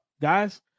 guys